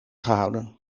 gehouden